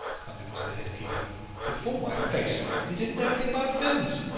cunliffe was the head keeper before my face, that he didn't know anything about pheasants!